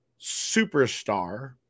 superstar